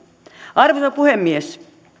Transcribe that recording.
arvoisa puhemies nuorten